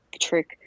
trick